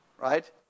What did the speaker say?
Right